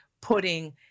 putting